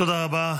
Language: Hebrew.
תודה רבה.